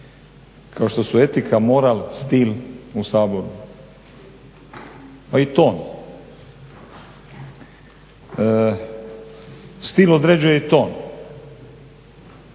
kao što su etika, moral, stil u Saboru pa i ton. Stil određuje i ton.